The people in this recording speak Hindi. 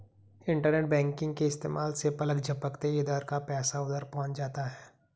इन्टरनेट बैंकिंग के इस्तेमाल से पलक झपकते इधर का पैसा उधर पहुँच जाता है